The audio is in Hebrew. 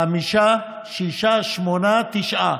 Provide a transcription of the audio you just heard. חמישה, שישה, שמונה, תשעה,